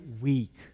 weak